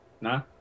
nah